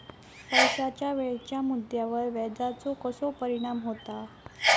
पैशाच्या वेळेच्या मुद्द्यावर व्याजाचो कसो परिणाम होता